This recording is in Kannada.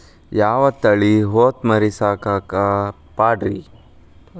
ಯಾವ ತಳಿ ಹೊತಮರಿ ಸಾಕಾಕ ಪಾಡ್ರೇ?